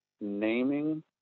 naming